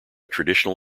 traditional